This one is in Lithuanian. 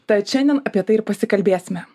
tad šiandien apie tai ir pasikalbėsime